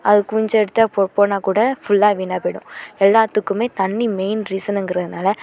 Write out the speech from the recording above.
அதுக்கு முன்னே எடுத்தால் போ போனால்கூட ஃபுல்லாக வீணாக போய்விடும் எல்லாத்துக்குமே தண்ணி மெயின் ரீசனுங்கிறதுனால்